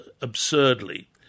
absurdly